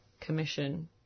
commission